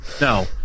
No